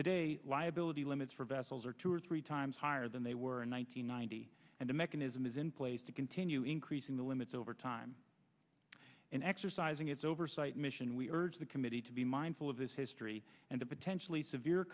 today liability limits for vessels or two or three times higher than they were in one thousand nine hundred and the mechanism is in place to continue increasing the limits over time in exercising its oversight mission we urge the committee to be mindful of this history and potentially severe